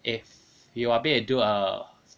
if you want me to do err